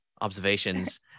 observations